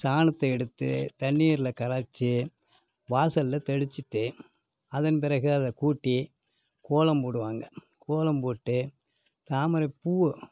சாணத்தை எடுத்து தண்ணீரில் கரைச்சி வாசலில் தெளிச்சிவிட்டு அதன் பிறகு அதை கூட்டி கோலம் போடுவாங்க கோலம் போட்டு தாமரை பூவோ